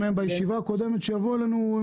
בישיבה הקודמת ביקשנו מהם שיבואו אלינו עם